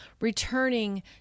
returning